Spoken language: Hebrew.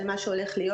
על מה שהולך להיות,